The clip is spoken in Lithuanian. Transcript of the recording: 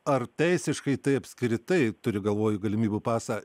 ar teisiškai tai apskritai turiu galvoj galimybių pasą